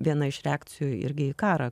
viena iš reakcijų irgi į karą